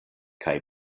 kaj